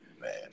Man